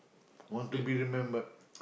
want to be remembered